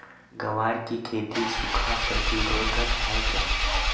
ग्वार की खेती सूखा प्रतीरोधक है क्या?